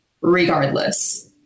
regardless